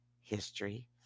History